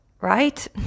right